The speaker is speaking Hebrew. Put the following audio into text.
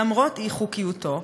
למרות אי-חוקיותו,